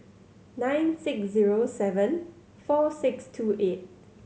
nine six zero seven four six two eight